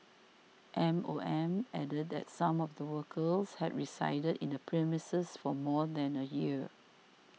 M O M added that some of the workers had resided in the premises for more than a year